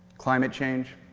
climate change,